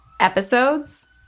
episodes